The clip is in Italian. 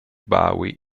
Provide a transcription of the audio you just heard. bowie